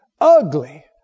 ugly